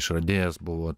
išradėjas buvo